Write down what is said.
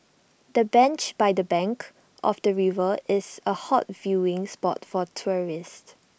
the bench by the bank of the river is A hot viewing spot for tourists